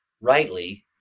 rightly